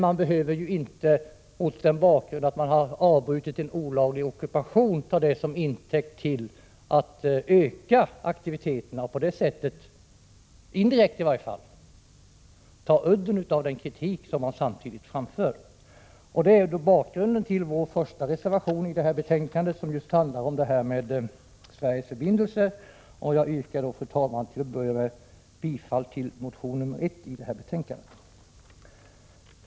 Man behöver emellertid inte ta den omständigheten att en olaglig ockupation har avbrutits till intäkt för att öka aktiviteterna och på det sättet i varje fall indirekt ta udden av den kritik som samtidigt framförs. Det här är underlaget för vår första reservation i betänkandet, som just handlar om Sveriges förbindelser med Israel, och jag yrkar, fru talman, bifall till reservation 1.